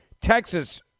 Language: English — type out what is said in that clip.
Texas